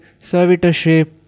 servitorship